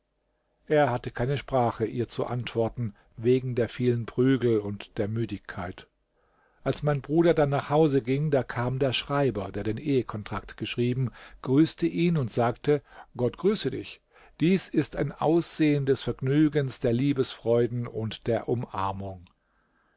er hatte keine sprache ihr zu antworten wegen der vielen prügel und der müdigkeit als mein bruder dann nach hause ging da kam der schreiber der den ehekontrakt geschrieben grüßte ihn und sagte gott grüße dich dies ist ein aussehen des vergnügens der liebesfreuden und der umarmung